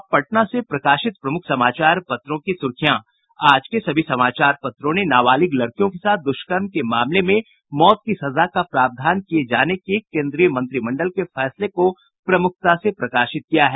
अब पटना से प्रकाशित प्रमुख समाचार पत्रों की सुर्खियां आज के सभी समाचार पत्रों ने नाबालिग लड़कियों के साथ द्रष्कर्म के मामले में मौत की सजा का प्रावधान किये जाने के केंद्रीय मंत्रिमंडल के फैसले को प्रमुखता से प्रकाशित किया है